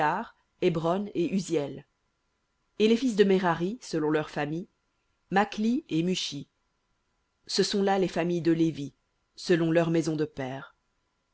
hébron et uziel et les fils de merari selon leurs familles makhli et mushi ce sont là les familles de lévi selon leurs maisons de pères